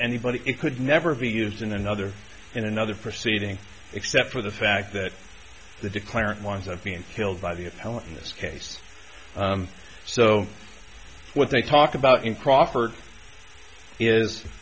anybody it could never be used in another in another proceeding except for the fact that the declarant winds up being killed by the appellant in this case so what they talk about in crawford is